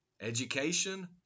Education